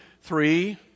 three